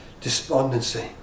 despondency